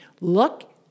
look